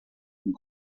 und